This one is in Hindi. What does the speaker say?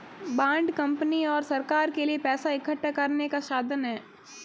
बांड कंपनी और सरकार के लिए पैसा इकठ्ठा करने का साधन है